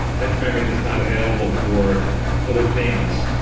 that's memory that's not available for other things.